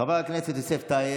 מה עושים בחוץ לארץ?